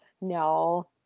no